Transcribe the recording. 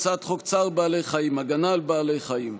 הצעת חוק צער בעלי חיים (הגנה על בעלי חיים)